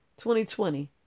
2020